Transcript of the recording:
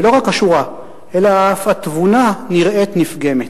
ולא רק השורה, אלא אף התבונה נראית נפגמת".